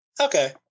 Okay